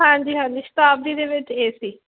ਹਾਂਜੀ ਹਾਂਜੀ ਸ਼ਤਾਬਦੀ ਦੇ ਵਿੱਚ ਏ ਸੀ